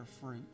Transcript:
fruit